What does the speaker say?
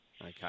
Okay